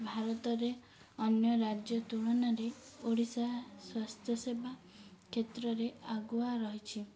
ଭାରତରେ ଅନ୍ୟ ରାଜ୍ୟ ତୁଳନାରେ ଓଡ଼ିଶା ସ୍ୱାସ୍ଥ୍ୟ ସେବା କ୍ଷେତ୍ରରେ ଆଗୁଆ ରହିଛି